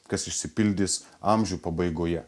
kas išsipildys amžių pabaigoje